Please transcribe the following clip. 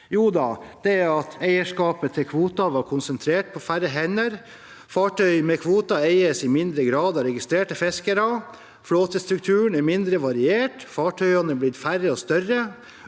Det er at eierskapet til kvoter var konsentrert på færre hender. Fartøy med kvoter eies i mindre grad av registrerte fiskere. Flåtestrukturen er mindre variert. Fartøyene er blitt færre og større.